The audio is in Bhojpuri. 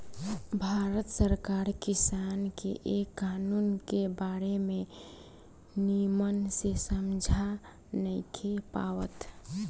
भारत सरकार किसान के ए कानून के बारे मे निमन से समझा नइखे पावत